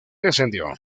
descendió